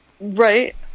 Right